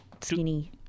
skinny